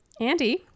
Andy